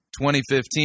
2015